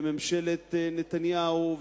ממשלת נתניהו,